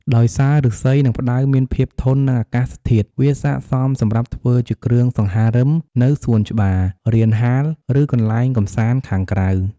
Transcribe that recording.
ដោយសារឫស្សី និងផ្តៅមានភាពធន់នឹងអាកាសធាតុ វាស័ក្តិសមសម្រាប់ធ្វើជាគ្រឿងសង្ហារឹមនៅសួនច្បារ រានហាល ឬកន្លែងកម្សាន្តខាងក្រៅ។